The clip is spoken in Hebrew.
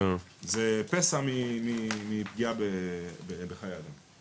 זה פסע מפגיעה בחיי אדם.